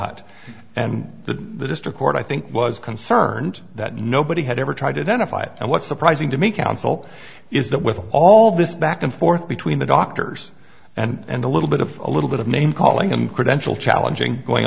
hot and the district court i think was concerned that nobody had ever tried to benefit and what's surprising to me counsel is that with all this back and forth between the doctors and a little bit of a little bit of name calling and credential challenging going